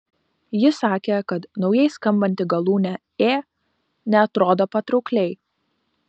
ji sakė kad naujai skambanti galūnė ė neatrodo patraukliai